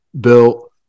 built